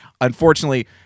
Unfortunately